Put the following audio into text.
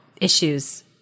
issues